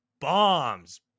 bombs